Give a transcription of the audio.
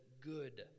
good